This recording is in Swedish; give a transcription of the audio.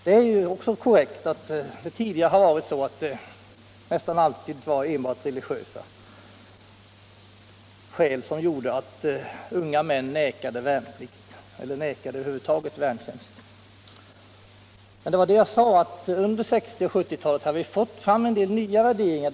Det är korrekt att det tidigare nästan alltid var av religiösa skäl som unga män vägrade göra värnplikt eller över huvud taget vägrade göra värntjänst. Men under 1960 och 1970-talen har det, som jag sade, kommit fram nya värderingar.